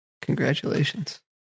Congratulations